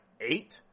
eight